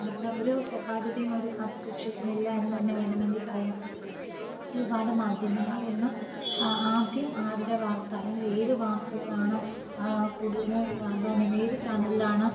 അവരുടെ ഓരോ സ്വകാര്യതയും അവർ കാത്തുസൂക്ഷിക്കുന്നില്ല എന്ന് തന്നെ വേണമെങ്കിൽ പറയാം ഒരുപാട് മാധ്യമങ്ങൾ ഇന്ന് ആദ്യം ആരുടെ വാർത്ത അല്ലെങ്കിൽ ഏത് വാർത്തയ്ക്കാണ് കൂടുതൽ പ്രാധാന്യം ഏത് ചാനലിലാണ്